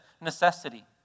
necessity